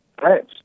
Thanks